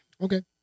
Okay